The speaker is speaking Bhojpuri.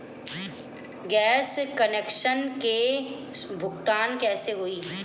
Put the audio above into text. गैस कनेक्शन के भुगतान कैसे होइ?